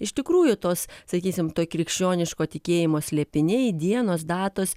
iš tikrųjų tos sakysim krikščioniško tikėjimo slėpiniai dienos datos